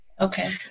Okay